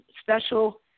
special